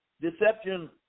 deception